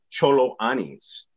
Choloanis